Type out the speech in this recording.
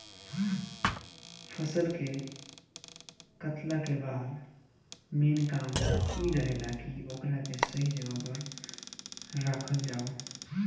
फसल के कातला के बाद मेन काम इ रहेला की ओकरा के सही जगह पर राखल जाव